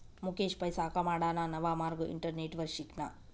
मुकेश पैसा कमाडाना नवा मार्ग इंटरनेटवर शिकना